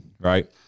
right